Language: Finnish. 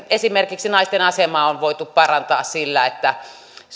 esimerkiksi naisten asemaa on voitu parantaa sillä että